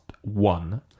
one